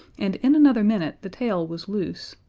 and in another minute the tail was loose,